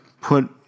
put